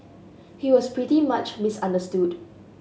he was pretty much misunderstood